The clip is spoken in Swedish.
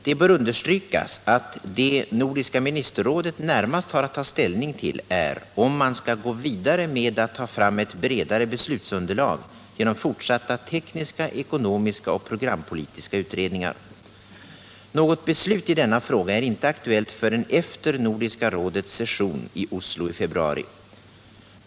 Det bör understrykas att det Nordiska ministerrådet närmast har att ta ställning till är om man skall gå vidare med att ta fram ett bredare beslutsunderlag genom fortsatta tekniska, ekonomiska och programpolitiska utredningar. Något beslut i denna fråga är inte aktuellt förrän efter Nordiska rådets session i Oslo i februari.